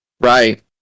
Right